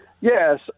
Yes